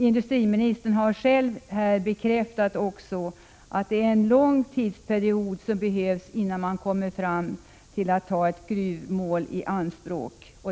Industriministern har här själv bekräftat att det är en lång tidsperiod som behövs innan man kan ta ett gruvmål i anspråk.